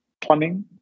plumbing